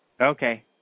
Okay